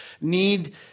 need